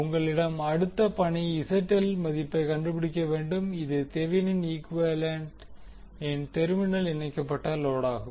உங்களின் அடுத்த பணி ZL இன் மதிப்பைக் கண்டுபிடிக்க வேண்டும் இது தெவினின் ஈக்குவேலன்டின் டெர்மினலில் இணைக்கப்பட்ட லோடாகும்